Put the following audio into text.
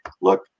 Look